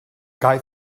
guy